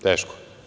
Teško.